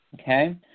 Okay